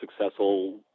successful